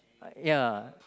ya